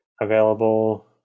available